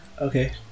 Okay